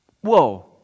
Whoa